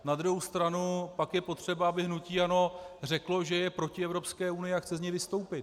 Na druhou stranu pak je potřeba, aby hnutí ANO řeklo, že je proti Evropské unii a chce z ní vystoupit.